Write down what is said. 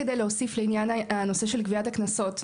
בנושא גביית הקנסות,